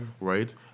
right